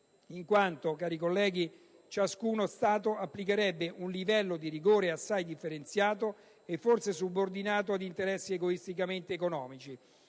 in quanto ciascuno Stato applicherebbe un livello di rigore assai differenziato e forse subordinato a interessi egoisticamente economici.